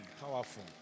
Powerful